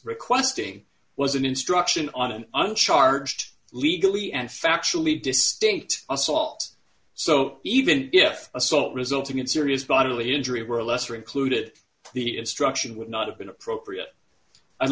requesting was an instruction on an uncharged legally and factually distinct assault so even if assault resulting in serious bodily injury were a lesser included the instruction would not have been appropriate i'd